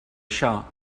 això